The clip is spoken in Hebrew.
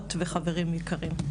חברות וחברים יקרים,